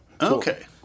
Okay